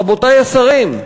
רבותי השרים: